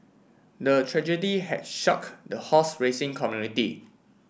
the tragedy had shock the horse racing community